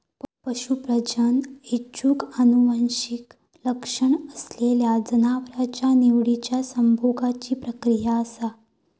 पशू प्रजनन ऐच्छिक आनुवंशिक लक्षण असलेल्या जनावरांच्या निवडिच्या संभोगाची प्रक्रिया असा